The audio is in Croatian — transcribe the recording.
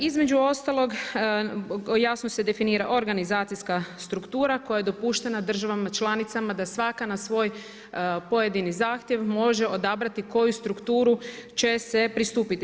Između ostalog jasno se definira organizacijska struktura koja je dopuštena državama članicama da svaka na svoj pojedini zahtjev može odabrati koju strukturu će se pristupiti.